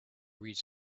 read